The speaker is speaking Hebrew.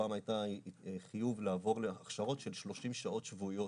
פעם היה חיוב לעבור הכשרות של 30 שעות שבועיות,